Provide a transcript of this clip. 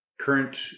Current